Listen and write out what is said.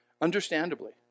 Understandably